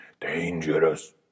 dangerous